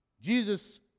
Jesus